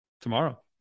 tomorrow